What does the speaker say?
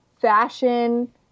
fashion